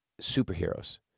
superheroes